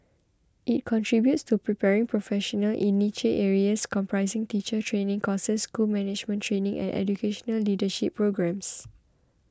it contributes to preparing professionals in niche areas comprising teacher training courses school management training and educational leadership programmes